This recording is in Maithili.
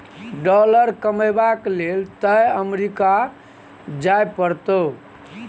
डॉलर कमेबाक लेल तए अमरीका जाय परतौ